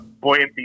buoyancy